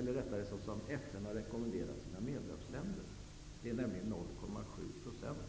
eller rättare sagt det som FN har rekommenderat sina medlemsländer, nämligen 0,7 % av BNI.